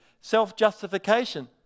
Self-justification